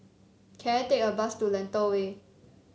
can I take a bus to Lentor Way